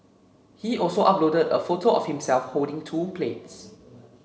he also uploaded a photo of himself holding two plates